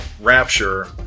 Rapture